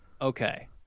Okay